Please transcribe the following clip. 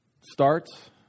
starts